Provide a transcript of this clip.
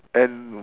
and